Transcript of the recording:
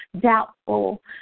doubtful